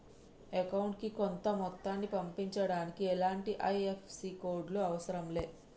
అకౌంటుకి కొంత మొత్తాన్ని పంపించడానికి ఎలాంటి ఐ.ఎఫ్.ఎస్.సి కోడ్ లు అవసరం లే